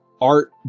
art